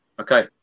Okay